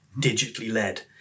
digitally-led